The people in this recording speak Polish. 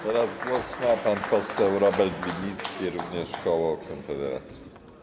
Teraz głos ma pan poseł Robert Winnicki, również koło Konfederacji.